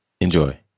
Enjoy